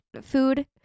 food